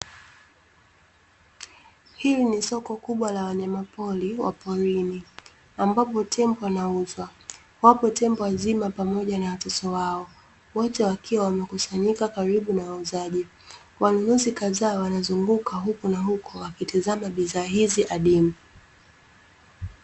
Hili ni soko kubwa la wanyamapori wa porini ambapo tembo wanauzwa. Wapo tembo wazima pamoja na watoto wao, wote wakiwa wamekusanyika karibu na wauzaji. Wanunuzi kadhaa wanazunguka huku na huko wakitazama bidhaa hizi adimu.